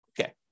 Okay